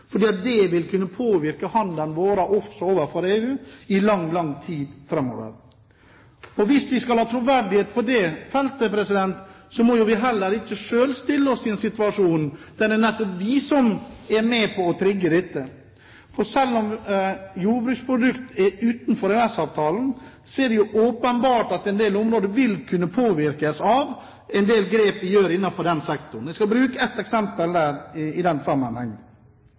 fordi det vil kunne påvirke handelen vår også med EU i lang, lang tid framover. Hvis vi skal ha troverdighet på dette feltet, må vi heller ikke stille oss selv i en situasjon der det er vi som er med på å trigge dette. Selv om jordbruksprodukter er holdt utenfor EØS-avtalen, er det åpenbart at en del områder vil kunne påvirkes av en del grep vi gjør innenfor den sektoren. Jeg skal ta ett eksempel